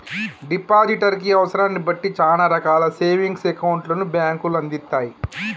depositor కి అవసరాన్ని బట్టి చానా రకాల సేవింగ్స్ అకౌంట్లను బ్యేంకులు అందిత్తయ్